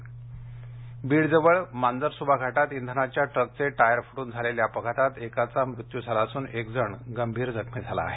अपघात बीड बीडजवळ मांजरसुबा घाटात इंधनाच्या ट्रकचे टायर फुटून झालेल्या अपघातात एकाचा मृत्यू झाला असून एक जण गंभीर जखमी झाला आहे